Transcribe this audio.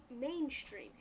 mainstream